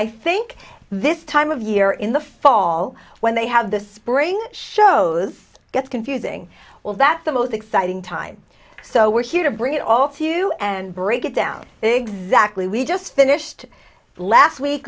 i think this time of year in the fall when they have the spring shows gets confusing well that's the most exciting time so we're here to bring it all to you and break it down exactly we just finished last week